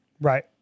Right